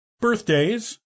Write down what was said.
birthdays